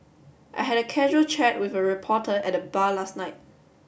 I had a casual chat with a reporter at the bar last night